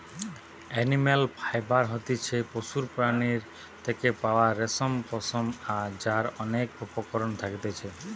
animal fibre হতিছে পশুর প্রাণীর থেকে পাওয়া রেশম, পশম যার অনেক উপকরণ থাকতিছে